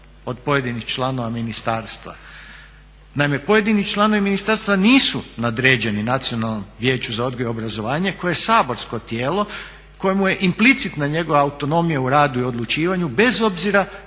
od pojedinih članova ministarstva. Naime, pojedini članovi ministarstva nisu nadređeni Nacionalnom vijeću za odgoj i obrazovanje koje je saborsko tijelo kojemu je implicitna njegova autonomija u radu i odlučivanju bez obzira